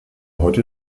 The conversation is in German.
heute